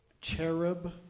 cherub